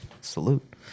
salute